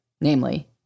namely